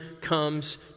comes